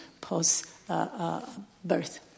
post-birth